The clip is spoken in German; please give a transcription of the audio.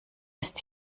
ist